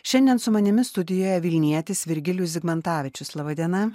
šiandien su manimi studijoje vilnietis virgilijus zigmantavičius laba diena